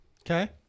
Okay